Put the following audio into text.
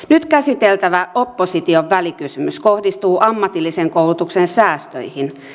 nyt käsiteltävä opposition välikysymys kohdistuu ammatillisen koulutuksen säästöihin